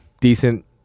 decent